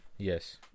Yes